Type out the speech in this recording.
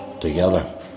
together